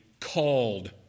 called